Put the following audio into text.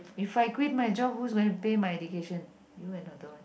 if I quit my job who's going to pay my education you another one